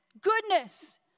goodness